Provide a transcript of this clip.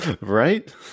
Right